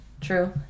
True